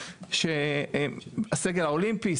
הסגל האולימפי,